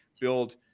build